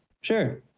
sure